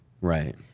Right